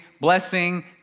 blessing